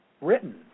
written